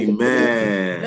Amen